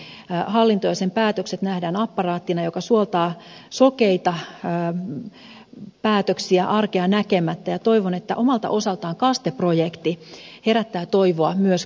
hallinto ja sen päätökset nähdään apparaattina joka suoltaa sokeita päätöksiä arkea näkemättä ja toivon että omalta osaltaan kaste projekti herättää toivoa myös kriitikoissa